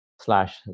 slash